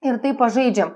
ir taip pažaidžiam